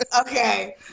okay